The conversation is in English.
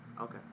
Okay